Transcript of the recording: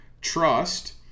trust